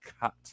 cut